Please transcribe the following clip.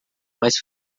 mais